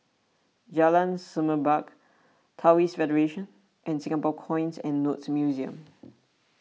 Jalan Semerbak Taoist Federation and Singapore Coins and Notes Museum